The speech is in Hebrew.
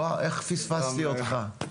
וואו, איך פספסתי אותך.